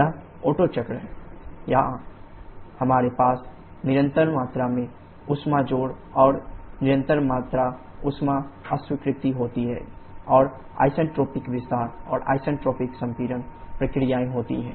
यह ओटो चक्र है जहां हमारे पास निरंतर मात्रा में ऊष्मा जोड़ और निरंतर मात्रा ऊष्मा अस्वीकृति होती है और आइसेंट्रोपिक विस्तार और आइसेंट्रोपिक संपीड़न प्रक्रियाएं होती हैं